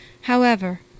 However